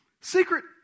Secret